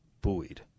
buoyed